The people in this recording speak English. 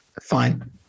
Fine